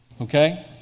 okay